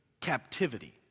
captivity